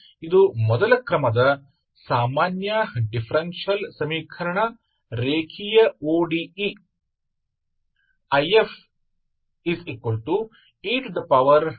यह एक साधारण डिफरेंशियल समीकरण प्रकार है ठीक है